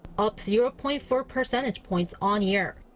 up zero-point-four percentage points on-year.